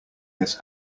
this